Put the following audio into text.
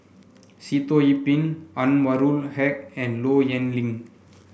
Sitoh Yih Pin Anwarul Haque and Low Yen Ling